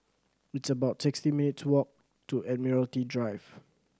it's about sixty minutes' walk to Admiralty Drive